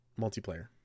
multiplayer